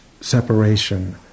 separation